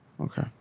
Okay